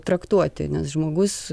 traktuoti nes žmogus